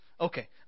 Okay